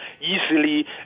easily